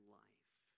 life